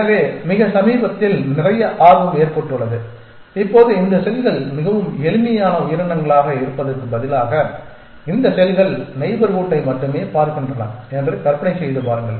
எனவே மிக சமீபத்தில் நிறைய ஆர்வம் ஏற்பட்டுள்ளது இப்போது இந்த செல்கள் மிகவும் எளிமையான உயிரினங்களாக இருப்பதற்கு பதிலாக இந்த செல்கள் நெய்பர்ஹூட்டை மட்டுமே பார்க்கின்றன என்று கற்பனை செய்து பாருங்கள்